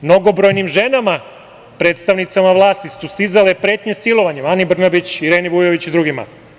Mnogobrojnim ženama predstavnicima vlasti su stizale pretnje silovanjem – Ani Brnabić, Ireni Vujović i drugima.